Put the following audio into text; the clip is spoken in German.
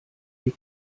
die